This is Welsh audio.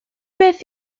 beth